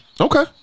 Okay